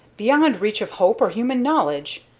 beyond reach of hope or human knowledge.